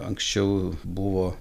anksčiau buvo